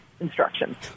instructions